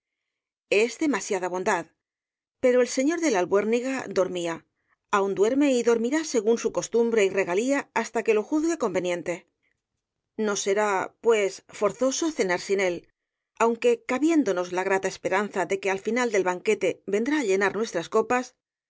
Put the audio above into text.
es demasiada bondad pero el señor de la albuérniga dormía aun duerme y dormirá según su costumbre y regalía hasta que lo juzgue conveniente nos será pues forzoso cenar sin él aunque rosalía de castro cabiéndonos la grata esperanza de que al final del banquete vendrá á llenar nuestras copas